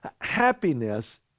happiness